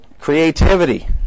creativity